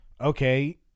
okay